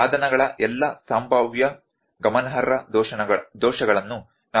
ಸಾಧನಗಳ ಎಲ್ಲಾ ಸಂಭಾವ್ಯ ಗಮನಾರ್ಹ ದೋಷಗಳನ್ನು ನಾವು ಗುರುತಿಸಬೇಕಾಗಿದೆ